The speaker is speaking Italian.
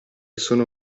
sono